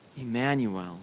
Emmanuel